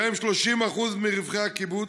שהם 30% מרווחי הקיבוץ,